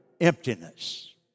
emptiness